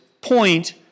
point